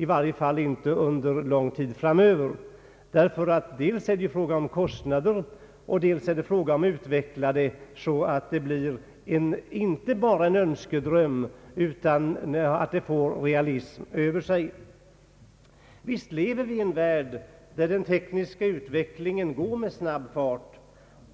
I varje fall tror jag inte att den kan bli verklighet inom överskådlig tid, därför att dels är det fråga om kostnader, dels fråga om att utveckla den så att den inte bara blir en önskedröm utan får något av realism över sig. Visst lever vi i en värld där den tekniska utvecklingen går med snabb fart,